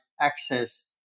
access